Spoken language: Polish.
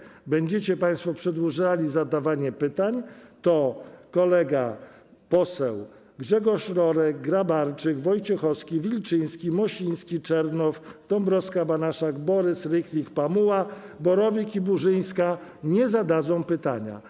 Czyli jeżeli będziecie państwo przedłużali zadawanie pytań, to kolega poseł Grzegorz Lorek, Grabarczyk, Wojciechowski, Wilczyński, Mosiński, Czernow, Dąbrowska-Banaszek, Borys, Rychlik, Pamuła, Borowiak i Burzyńska nie zadadzą pytania.